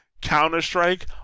Counter-Strike